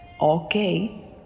Okay